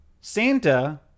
Santa